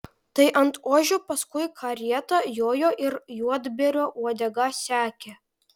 tai ant ožio paskui karietą jojo ir juodbėrio uodegą sekė